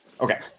okay